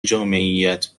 جامعیت